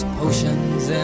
potions